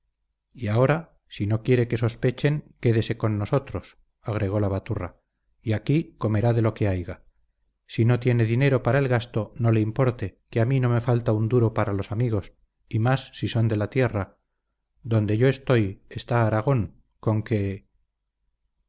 y ahora si no quiere que sospechen quédese con nosotros agregó la baturra y aquí comerá de lo que haiga si no tiene dinero para el gasto no le importe que a mí no me falta un duro para los amigos y más si son de la tierra donde yo estoy está aragón conque